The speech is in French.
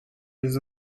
les